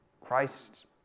Christ